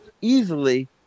easily